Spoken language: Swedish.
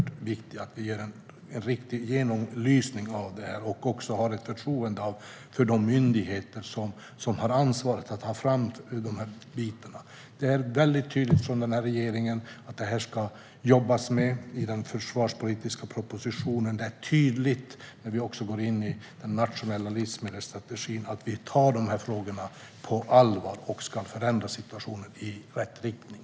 Det är också viktigt att vi gör en riktig genomlysning av detta och har ett förtroende för de myndigheter som har ansvaret att ta fram dessa delar. Denna regering är mycket tydlig med att man ska jobba med detta inför den försvarspolitiska propositionen. Det är tydligt när vi gör den nationella livsmedelsstrategin att vi tar dessa frågor på allvar och ska förändra situationen i rätt riktning.